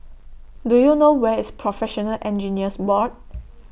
Do YOU know Where IS Professional Engineers Board